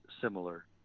similar